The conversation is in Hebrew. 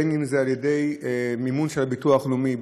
בין שזה במימון הביטוח הלאומי,